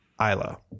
Isla